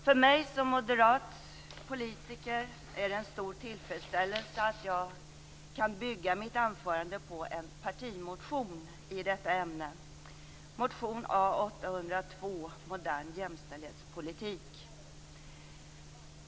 För mig som moderat politiker är det en stor tillfredsställelse att jag kan bygga mitt anförande på en partimotion i detta ämne, motion A802 Modern jämställdhetspolitik.